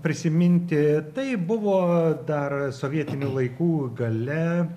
prisiminti tai buvo dar sovietinių laikų gale